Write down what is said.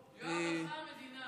יואב, הלכה המדינה